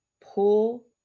Pull